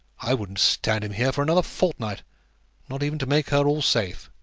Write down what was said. i wouldn't stand him here for another fortnight not even to make her all safe.